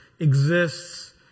exists